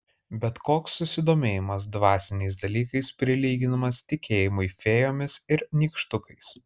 bet koks susidomėjimas dvasiniais dalykais prilyginamas tikėjimui fėjomis ir nykštukais